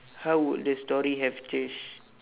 how would the story have changed